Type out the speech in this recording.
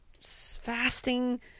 fasting